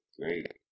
Great